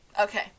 okay